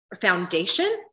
foundation